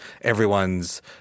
Everyone's